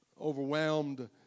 overwhelmed